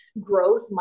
growth